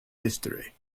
history